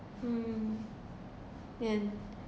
mm and